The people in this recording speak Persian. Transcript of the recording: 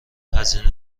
هزینه